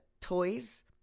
toys